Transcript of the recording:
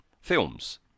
films